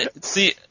see